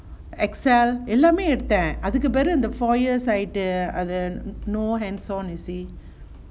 excel எல்லாமே எடுத்தேன் அதுக்கு பிறகு இந்த:ellame eduthen athukku piragu the four years ஆய்ட்டு:aaittu no hands on you see